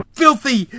filthy